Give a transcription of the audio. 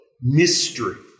mystery